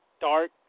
dark